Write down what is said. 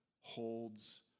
holds